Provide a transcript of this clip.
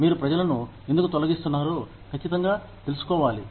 మీరు ప్రజలను ఎందుకు తొలగిస్తున్నారో కచ్చితంగా తెలుసుకోవాలి